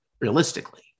realistically